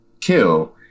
kill